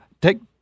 take